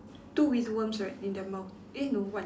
two with worms right in their mouth eh no one